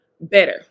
better